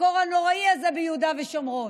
בקור הנורא הזה ביהודה ושומרון.